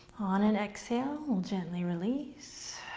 on an exhale, gently release.